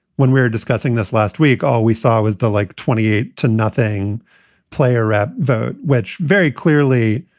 when we were discussing this last week, all we saw was the like twenty eight to nothing player rep vote, which very clearly.